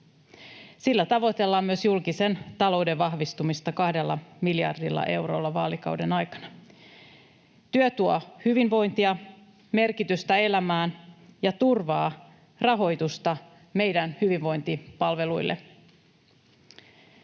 Sillä tavoitellaan myös julkisen talouden vahvistumista 2 miljardilla eurolla vaalikauden aikana. Työ tuo hyvinvointia, merkitystä elämään ja turvaa rahoitusta meidän hyvinvointipalveluille.